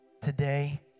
today